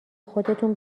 خودتون